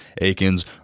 Aikens